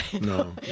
no